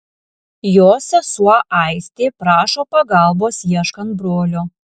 jo sesuo aistė prašo pagalbos ieškant brolio